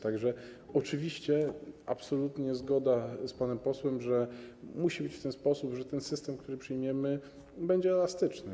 Tak że oczywiście absolutna zgoda z panem posłem, że musi być w ten sposób, że system, który przyjmiemy, będzie elastyczny.